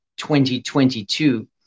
2022